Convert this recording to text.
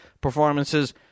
performances